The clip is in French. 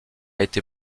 été